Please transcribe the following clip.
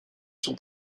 son